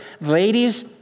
ladies